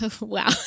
wow